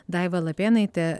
daiva lapėnaitė